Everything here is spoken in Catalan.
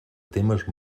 temes